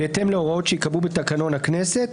בהתאם להוראות שייקבעו בתקנון הכנסת.